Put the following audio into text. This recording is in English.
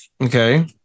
Okay